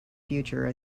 future